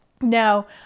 now